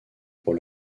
pour